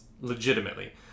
legitimately